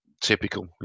Typical